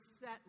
set